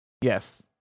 Yes